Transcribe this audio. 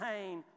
pain